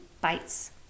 bites